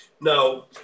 Now